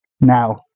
Now